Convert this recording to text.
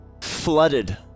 flooded